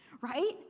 right